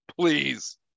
please